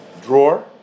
drawer